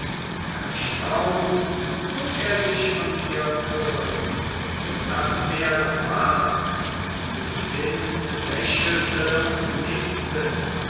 erstaunt zog er sich von ihr zurück das wäre wahr lucinde lächelte und nickte